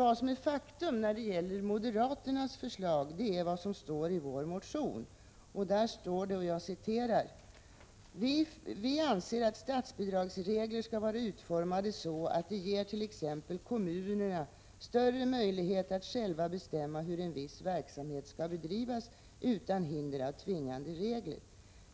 Vad som är faktum när det gäller moderaternas förslag är ju det som står i vår motion, nämligen: ”Vi anser att statsbidragsregler skall vara utformade så att de ger t.ex. kommunerna större möjlighet att själva bestämma hur en viss verksamhet skall bedrivas utan hinder av tvingande regler.